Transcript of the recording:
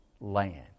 land